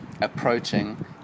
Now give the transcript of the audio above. approaching